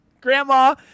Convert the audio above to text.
grandma